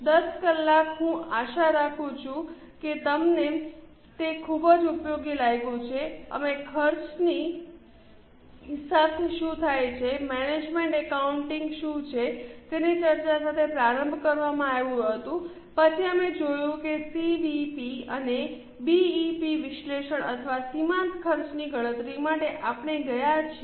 10 કલાક હું આશા રાખું છું કે તમને તે ખૂબ જ ઉપયોગી લાગ્યું છે અમે ખર્ચની હિસાબથી શું થાય છે મેનેજમેન્ટ એકાઉન્ટિંગ શું છે તેની ચર્ચા સાથે પ્રારંભ કરવામાં આવ્યું છે પછી અમે જોયું કે સીવીપી અને બીઇપી વિશ્લેષણ અથવા સીમાંત ખર્ચની ગણતરી માટે આપણે ગયા છીએ